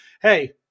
hey